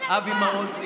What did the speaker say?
אבי מעוז,